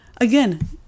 again